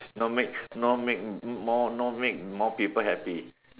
no make no make more no make more people happy